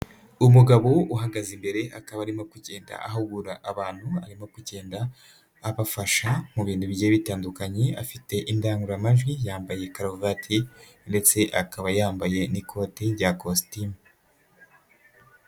Umugabo uhagaze imbere akaba arimo kugendahugura abantu, arimo kugenda afasha mu bintu bi bitandukanye, afite indangurumajwi yambaye karuvati ndetse akaba yambaye n'ikoti rya kositimu.